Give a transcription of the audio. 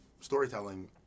storytelling